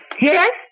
Yes